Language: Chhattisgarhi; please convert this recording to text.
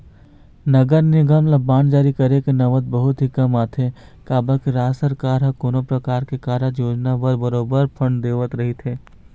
नगर निगम ल बांड जारी करे के नउबत बहुत ही कमती आथे काबर के राज सरकार ह कोनो परकार के कारज योजना बर बरोबर फंड देवत रहिथे